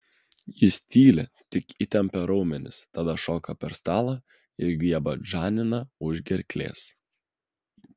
jis tyli tik įtempia raumenis tada šoka per stalą ir griebia džaniną už gerklės